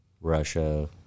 Russia